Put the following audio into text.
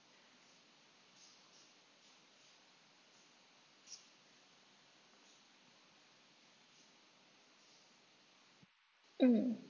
um